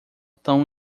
tão